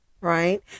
right